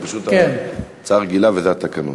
זו פשוט הצעה רגילה, וזה התקנון.